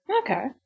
Okay